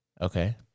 okay